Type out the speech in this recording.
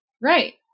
Right